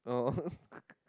oh